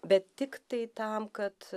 bet tiktai tam kad